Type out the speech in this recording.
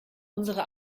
unsere